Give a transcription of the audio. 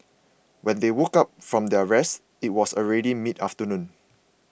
when they woke up from their rest it was already midafternoon